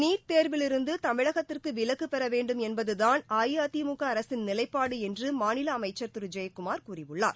NEET தேர்வில் இருந்து தமிழகத்திற்கு விலக்கு பெற வேண்டும் என்பதுதான் அஇஅதிமுக அரசின் நிலைபாடு என்று மாநில அமைச்சர் திரு ஜெயக்குமார் கூறியுள்ளார்